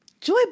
Joy